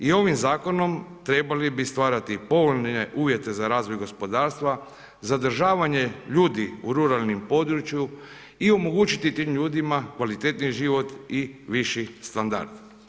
I ovim zakonom trebali bi stvarati povoljne uvjete za razvoj gospodarstva, zadržavanje ljudi u ruralnom području i omogućiti tim ljudima kvalitetniji život i viši standard.